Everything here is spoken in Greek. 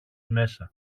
μέσα